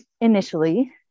initially